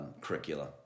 curricula